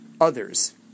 others